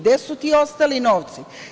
Gde su ti ostali novci?